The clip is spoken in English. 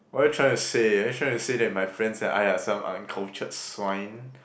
what are you trying to say are you trying to say that my friends and I are some uncultured swine